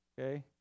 Okay